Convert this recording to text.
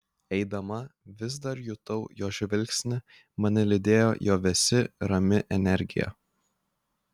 eidama vis dar jutau jo žvilgsnį mane lydėjo jo vėsi rami energija